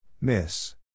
Miss